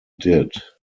did